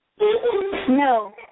No